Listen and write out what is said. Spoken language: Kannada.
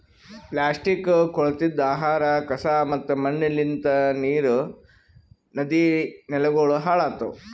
ಪ್ಲಾಸ್ಟಿಕ್, ಕೊಳತಿದ್ ಆಹಾರ, ಕಸಾ ಮತ್ತ ಮಣ್ಣಲಿಂತ್ ನೀರ್, ನದಿ, ನೆಲಗೊಳ್ ಹಾಳ್ ಆತವ್